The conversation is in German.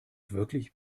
wirklich